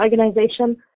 organization